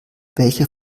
welche